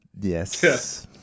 Yes